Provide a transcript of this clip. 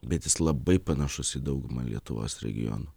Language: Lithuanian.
bet jis labai panašus į daugumą lietuvos regionų